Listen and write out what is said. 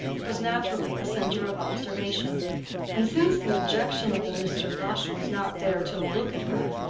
was naturally a centre of observation and since the objectionable mr. lush was not there to look at her,